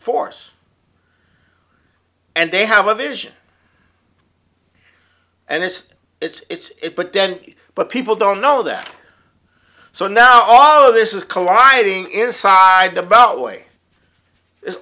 force and they have a vision and it's it's but then but people don't know that so now all of this is colliding inside the beltway i